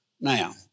Now